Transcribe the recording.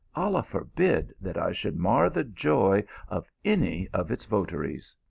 allah for bid that i should mar the joy of any of its votaries.